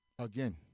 again